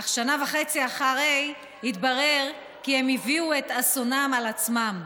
אך שנה וחצי אחרי כן התברר כי הם הביאו את אסונם על עצמם.